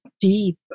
deep